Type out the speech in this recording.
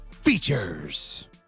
Features